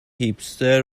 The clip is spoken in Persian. هیپستر